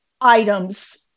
items